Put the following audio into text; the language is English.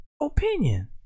opinion